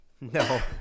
No